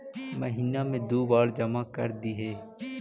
महिना मे दु बार जमा करदेहिय?